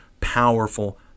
Powerful